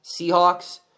Seahawks